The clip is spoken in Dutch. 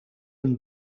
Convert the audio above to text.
een